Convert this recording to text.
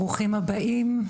ברוכים הבאים,